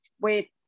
wait